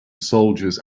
soldiers